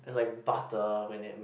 it's like butter when it